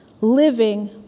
living